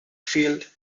field